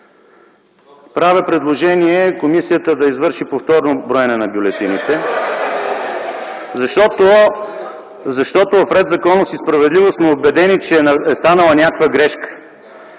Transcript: Правя предложение комисията да извърши повторно броене на бюлетините (смях), защото в „Ред, законност и справедливост” сме убедени, че е станала някаква грешка.